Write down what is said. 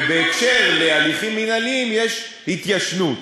ובהקשר של הליכים מינהליים יש התיישנות.